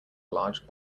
large